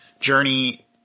journey